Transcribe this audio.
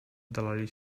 oddalali